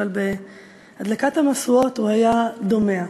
בהדלקת המשואות הוא היה דומע.